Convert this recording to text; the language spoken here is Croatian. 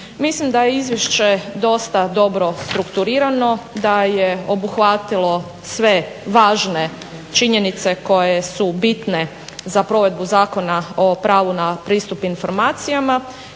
Mislim da je izvješće dosta dobro strukturirano, da je obuhvatilo sve važne činjenice koje su bitne za provedbu Zakona o pravu na pristup informacijama